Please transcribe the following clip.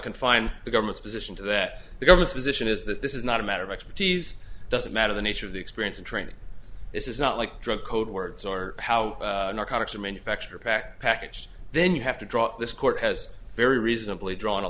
confine the government's position to that the government's position is that this is not a matter of expertise doesn't matter the nature of the experience of training this is not like drug codewords or how narcotics are manufactured backpackers then you have to draw this court has very reasonably drawn a